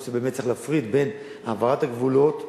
יכול להיות שבאמת צריך להפריד בין העברת הגבולות,